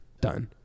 done